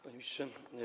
Panie Ministrze!